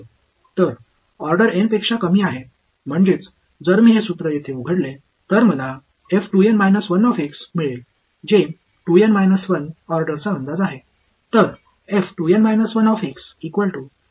तर ऑर्डर एनपेक्षा कमी आहे म्हणजेच जर मी हे सूत्र येथे उघडले तर मला मिळेल जे 2 एन 1 ऑर्डरचा अंदाज आहे